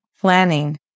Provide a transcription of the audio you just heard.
planning